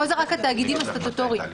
פה רק התאגידים הסטטוטוריים.